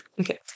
Okay